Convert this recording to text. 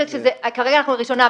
כרגע אנחנו בקריאה הראשונה,